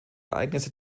ereignisse